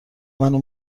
منو